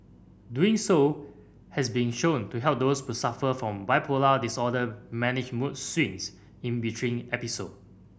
doing so has been shown to help those who suffer from bipolar disorder manage mood swings in between episode